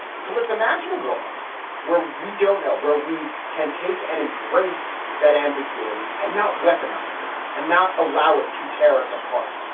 so let's imagine a world where we don't know where we can take and embrace that ambiguity and not weaponize it and not allow it to tear us apart.